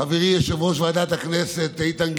חברי יושב-ראש ועדת הכנסת איתן גינזבורג,